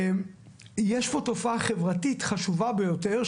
יש פה תופעה חברתית חשובה ביותר,